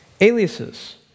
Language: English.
Aliases